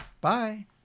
Bye